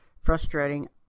frustrating